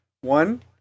One